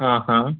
ആ ആ